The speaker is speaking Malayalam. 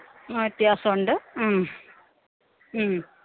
ആ വ്യത്യാസമുണ്ട്